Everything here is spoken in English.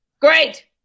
Great